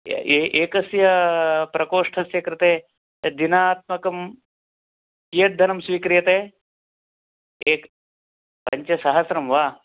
य ए एकस्य प्रकोष्ठस्य कृते दिनात्मकं कियद् धनं स्वीक्रियते एक् पञ्चसहस्रं वा